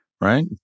Right